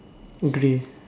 grey